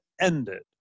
ended